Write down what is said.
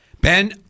Ben